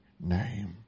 name